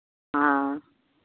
हँ